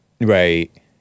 Right